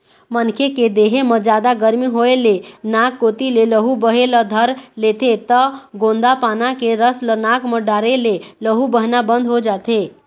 मनखे के देहे म जादा गरमी होए ले नाक कोती ले लहू बहे ल धर लेथे त गोंदा पाना के रस ल नाक म डारे ले लहू बहना बंद हो जाथे